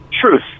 Truth